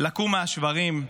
לקום מהשברים,